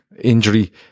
injury